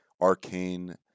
Arcane